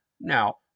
Now